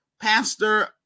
pastor